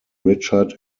richard